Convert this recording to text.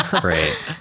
Great